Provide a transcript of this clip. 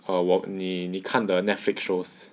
err 我你你看的 netflix shows